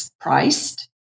priced